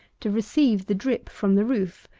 to receive the drip from the roof,